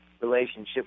relationship